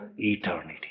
eternity